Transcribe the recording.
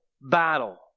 battle